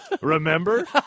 Remember